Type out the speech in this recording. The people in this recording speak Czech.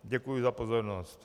Děkuji za pozornost.